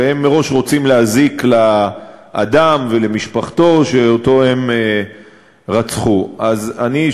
הרי הם מראש רוצים להזיק לאדם שאותו הם רצחו ולמשפחתו.